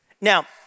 Now